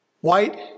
White